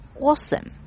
awesome